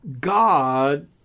God